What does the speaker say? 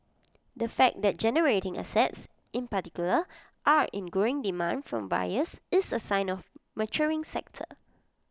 the fact that generating assets in particular are in growing demand from buyers is A sign of A maturing sector